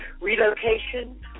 Relocation